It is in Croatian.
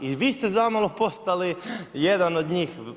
I vi ste zamalo postali jedan od njih.